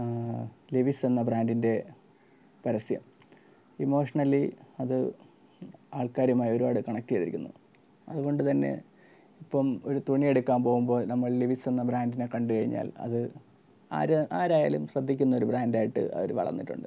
Lewis എന്ന ബ്രാൻഡിൻ്റെ പരസ്യം ഇമോഷണലി അത് ആൾക്കാരുമായി ഒരുപാട് കണക്റ്റ് ചെയ്തിരിക്കുന്നു അതുകൊണ്ടുതന്നെ ഇപ്പം ഒരു തുണി എടുക്കാൻ പോവുമ്പോൾ നമ്മൾ ലെവിസ് എന്ന ബ്രാൻഡിനെ കണ്ടുകഴിഞ്ഞാൽ അത് ആര് ആരായാലും ശ്രദ്ധിക്കുന്ന ഒരു ബ്രാൻഡ് ആയിട്ട് അവർ വളർന്നിട്ടുണ്ട്